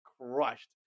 crushed